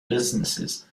businesses